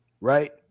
Right